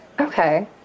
Okay